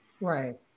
Right